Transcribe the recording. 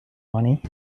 money